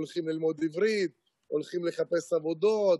בתאריך 30 באוקטובר, בערך ב-01:00,